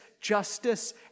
justice